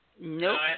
Nope